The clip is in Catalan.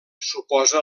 suposa